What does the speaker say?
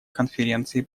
конференции